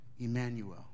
Emmanuel